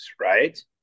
right